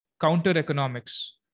counter-economics